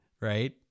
right